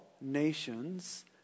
nations